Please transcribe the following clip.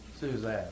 Suzanne